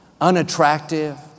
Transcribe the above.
unattractive